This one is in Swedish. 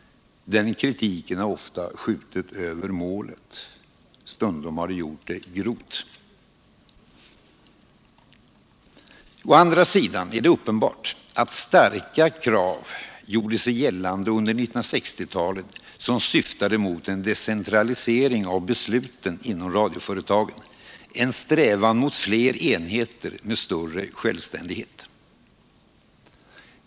Den kritiken har ofta skjutit över målet — stundom grovt. Å andra sidan är det uppenbart att starka krav gjorde sig gällande under 1960-talet, som syftade till en decentralisering av besluten inom radioföretaget, en strävan mot fler enheter med större självständighet.